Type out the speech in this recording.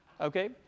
Okay